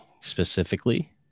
specifically